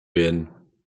werden